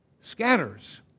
scatters